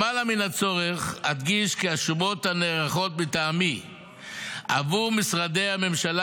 למעלה מן הצורך אדגיש כי השומות הנערכות מטעמי עבור משרדי הממשלה